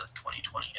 2020